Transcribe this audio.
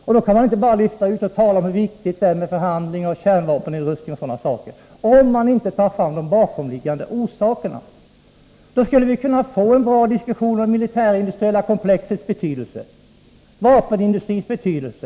Man kan inte tala om hur viktigt det är med förhandlingar, kärnvapennedrustning och sådana saker, om man inte samtidigt talar om de bakomliggande orsakerna. Om vi gjorde det skulle vi kunna få en meningsfull diskussion om det militärindustriella komplexets betydelse, om vapenindustrins betydelse.